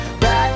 back